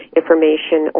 information